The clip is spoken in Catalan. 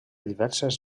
diverses